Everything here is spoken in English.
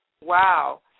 Wow